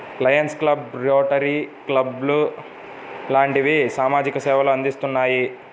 Lions club, Rotary club లాంటివి సామాజిక సేవలు అందిత్తున్నాయి